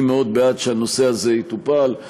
אני מאוד בעד שהנושא הזה יטופל.